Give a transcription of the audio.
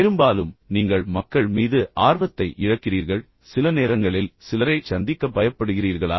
பெரும்பாலும் நீங்கள் மக்கள் மீது ஆர்வத்தை இழக்கிறீர்கள் சில நேரங்களில் சிலரைச் சந்திக்க பயப்படுகிறீர்களா